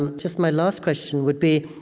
and just my last question would be,